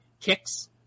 kicks